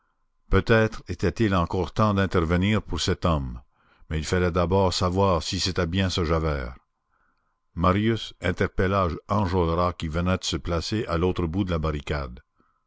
peut-être était-il encore temps d'intervenir pour cet homme mais il fallait d'abord savoir si c'était bien ce javert marius interpella enjolras qui venait de se placer à l'autre bout de la barricade